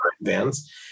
vans